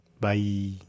Bye